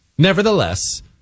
Nevertheless